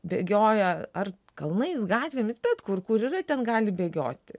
bėgioja ar kalnais gatvėmis bet kur kur yra ten gali bėgioti